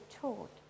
taught